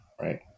right